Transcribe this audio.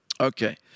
Okay